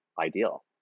ideal